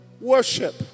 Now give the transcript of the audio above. worship